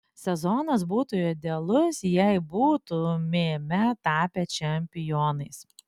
sezonas būtų idealus jei būtumėme tapę čempionais